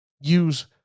Use